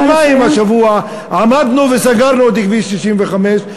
פעמיים השבוע עמדנו וסגרנו את כביש 65,